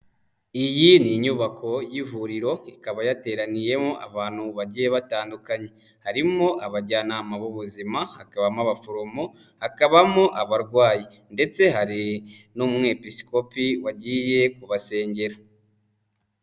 Iyi ni inyubako y'ivuriro ikaba yateraniyemo abantu bagiye batandukanye, harimo abajyanama b'ubuzima, hakabamo abaforomo, hakabamo abarwayi ndetse hari n'umu episkopi wagiye kubasengera.